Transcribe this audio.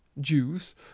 juice